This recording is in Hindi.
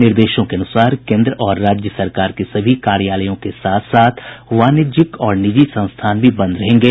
निर्देशों के अनुसार केन्द्र और राज्य सरकार के सभी कार्यालयों के साथ साथ वाणिज्यिक और निजी संस्थान भी बंद रहेंगे